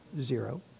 Zero